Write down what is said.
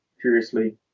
curiously